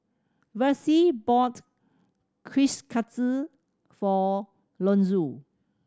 Versie bought Kushikatsu for Lonzo